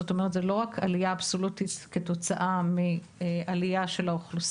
זאת אומרת: זו לא רק עלייה אבסולוטית כתוצאה מעלייה של האוכלוסייה,